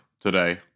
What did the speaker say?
today